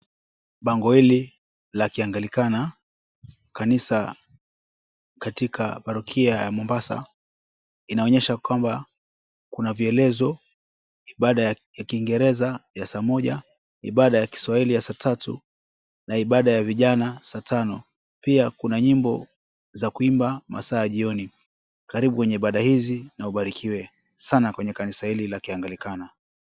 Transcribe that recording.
Bango hili la kianglikana, kanisa katika parokia ya Mombasa. Inaonyesha kwamba kuna vielezo ibada ya kiingereza ya saa moja, ibada ya kiswahili ya saa tatu na ibada ya vijana saa tano. Pia kuna nyimbo za kuimba masaa ya jioni. Karibu kwenye ibada hizi na ubarikiwe sana kwenye kanisa hili la kianglikana.